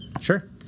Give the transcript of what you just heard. Sure